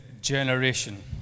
generation